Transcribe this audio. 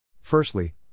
Firstly